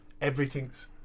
everything's